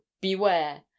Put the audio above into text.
beware